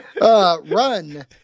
Run